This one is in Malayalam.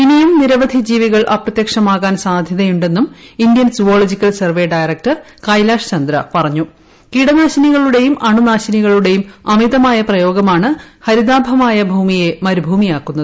ഇനിയും നിരവധി ജീവികൾ അപ്രത്യക്ഷമാകാൻ സാധ്യതയുണ്ടെന്നും ഇന്ത്യൻ സുവേളജിക്കൽ സർവേ ഡയറക്ടർ കീടനാശിനികളുടേയും കൈലാഷ് അനുനാശിനികളുടേയും അമിതമായ പ്രയോഗമാണ് ഹരിതാഭമായ ഭൂമിയെ മറുഭൂമിയാക്കുന്നത്